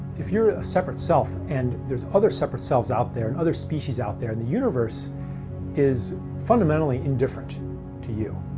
if you're a separate self and there's other separate selves out there, and other species out there, the universe is fundamentally indifferent to you